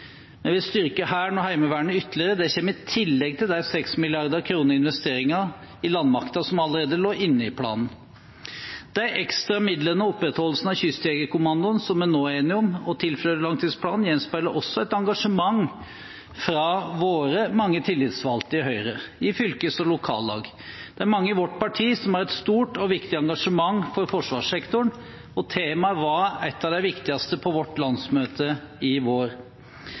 Vi vil styrke Hæren og Heimevernet ytterligere. Det kommer i tillegg til de 6 mrd. kr i investeringer i landmakten som allerede lå inne i planen. De ekstra midlene og opprettholdelsen av Kystjegerkommandoen, som vi nå er enige om å tilføre langtidsplanen, gjenspeiler også et engasjement fra våre mange tillitsvalgte i Høyre, i fylkes- og lokallag. Det er mange i vårt parti som har et stort og viktig engasjement for forsvarssektoren, og temaet var et av de viktigste på vårt landsmøte i vår.